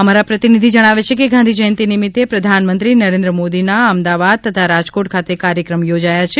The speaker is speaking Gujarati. અમારા પ્રતિનિધિ જણાવે છે કે ગાંધીજયંતિ નિમિત્તે પ્રધાનમંત્રી નરેન્દ્ર મોદીના અમદાવાદ તથા રાજકોટ ખાતે કાર્યક્રમ થોજાયા છે